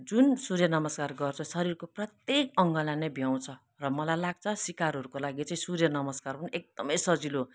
जुन सूर्य नमस्कार गर्छ शरीरको प्रत्येक अङ्गलाई नै भ्याउँछ र मलाई लाग्छ सिकारुहरूको लागि चाहिँ सूर्य नमस्कार पनि एकदमै सजिलो